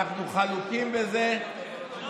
אנחנו חלוקים בזה,